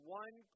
one